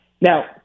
Now